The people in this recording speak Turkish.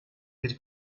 bir